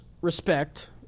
respect